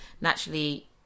naturally